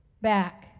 back